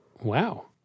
Wow